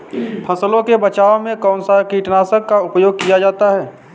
फसलों के बचाव में कौनसा कीटनाशक का उपयोग किया जाता है?